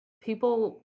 people